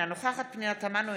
אינה נוכחת פנינה תמנו,